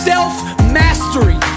Self-mastery